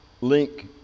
link